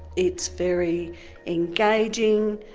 it's very engaging,